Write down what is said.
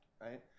right